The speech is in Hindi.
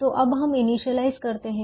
तो अब हम इनिशियलाइज़ करते हैं